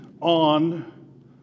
on